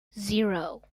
zero